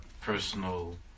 personal